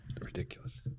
ridiculous